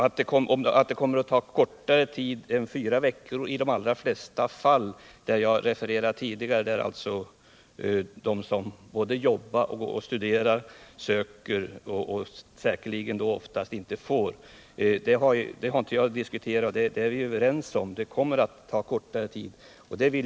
Att det i de allra flesta fall jag refererade tidigare — alltså för dem som både jobbar och studerar, och som säkerligen oftast får sin ansökan avslagen — kommer att ta kortare tid än fyra veckor att behandla ansökningarna är vi ju överens om. Därför har jag inte gått in på detta.